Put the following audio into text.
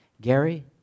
Gary